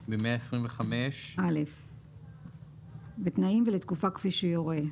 בכתב, בתנאים ולתקופה כפי שיורה".